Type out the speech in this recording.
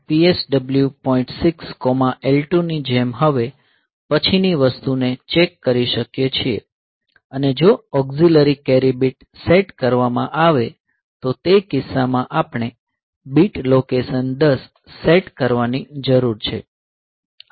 6L2 ની જેમ હવે પછીની વસ્તુને ચેક કરી શકીએ છીએ અને જો ઓક્ઝિલરી કેરી બીટ સેટ કરવામાં આવે તો તે કિસ્સામાં આપણે બીટ લોકેશન 10 સેટ કરવાની જરૂર છે